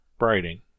writing